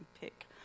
pick